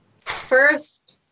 First